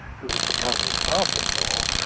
who was to become his father-in-law,